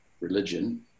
religion